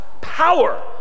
power